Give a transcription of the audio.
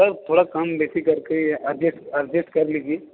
sir थोड़ा कामों बेशी करके अर्जेस्ट अर्जेस्ट कर लीजिए